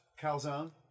calzone